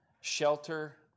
shelter